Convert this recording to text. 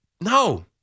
no